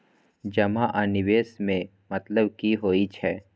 जमा आ निवेश में मतलब कि होई छै?